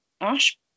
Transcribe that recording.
ash